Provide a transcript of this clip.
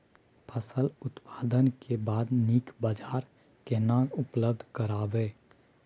फसल उत्पादन के बाद नीक बाजार केना उपलब्ध कराबै?